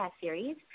series